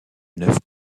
neuf